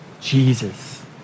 Jesus